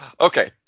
Okay